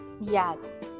Yes